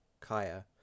Kaya